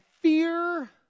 fear